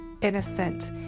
innocent